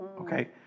okay